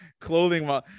clothing